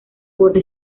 borde